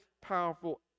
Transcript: powerful